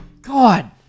God